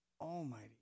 almighty